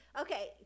Okay